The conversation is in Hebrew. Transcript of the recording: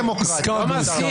הסכמנו.